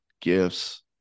gifts